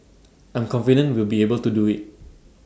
I'm confident we'll be able to do IT